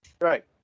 right